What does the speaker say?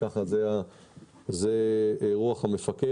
זו רוח המפקד.